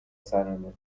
سرمه